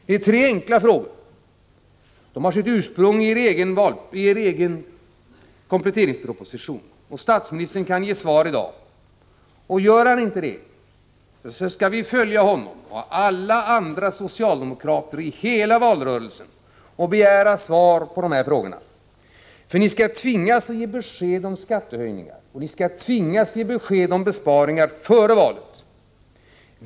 Det här är tre enkla frågor, som har sitt ursprung i er egen kompletteringsproposition. Statsministern kan ge svar i dag. Om han inte gör det, skall vi följa honom och alla andra socialdemokrater i hela valrörelsen och begära svar på dessa frågor. Ni skall tvingas ge besked om skattehöjningar och om besparingar före valet.